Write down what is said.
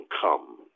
come